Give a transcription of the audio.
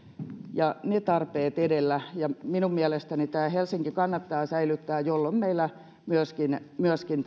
ja tarpeet edellä ja minun mielestäni tämä helsinki kannattaa säilyttää jolloin meillä myöskin myöskin